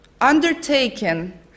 undertaken